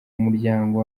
muryango